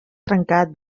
trencat